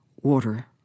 water